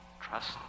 trust